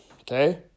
Okay